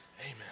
amen